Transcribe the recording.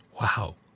Wow